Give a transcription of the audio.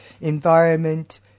environment